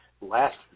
Last